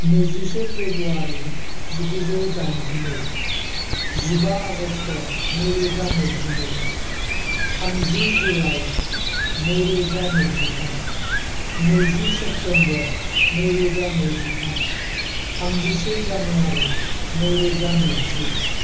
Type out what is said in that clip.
नैजिसे फ्रेबुवारि जिगुजौ दाइनजिनै जिबा आगष्ट नैरोजा नैजिनै थामजि जुलाइ नैरोजा नैजिथाम नैजि सेप्तेमबर नैरोजा नैजिथाम थामजिसे जानुवारि नैरोजा नैजि